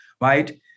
right